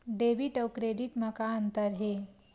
Debit अउ credit म का अंतर हे?